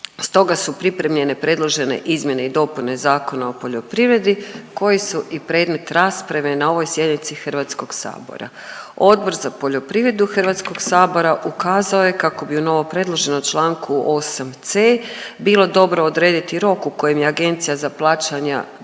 Stoga su pripremljene predložene izmjene i dopune Zakona o poljoprivredi koji su i predmet rasprave na ovoj sjednici HS-a. Odbor za poljoprivredu HS-a ukazao je kako bi u novopredloženom čl. 8.c bilo dobro odrediti rok u kojem je Agencija za plaćanja dužna